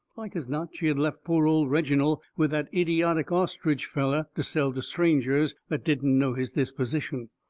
like as not she had left poor old reginald with that idiotic ostrich feller to sell to strangers that didn't know his disposition.